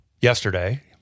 yesterday